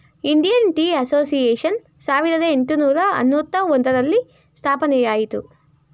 Indian tea association ಸಾವಿರದ ಏಟುನೂರ ಅನ್ನೂತ್ತ ಒಂದರಲ್ಲಿ ಸ್ಥಾಪನೆಯಾಯಿತು